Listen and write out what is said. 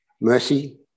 mercy